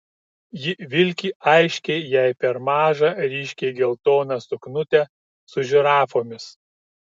ji vilki aiškiai jai per mažą ryškiai geltoną suknutę su žirafomis